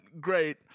great